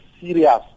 serious